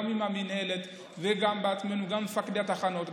גם עם המינהלת וגם עם מפקדי התחנות,